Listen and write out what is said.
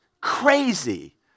crazy